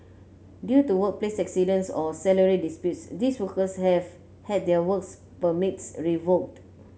due to workplace accidents or salary disputes these workers have had their works permits revoked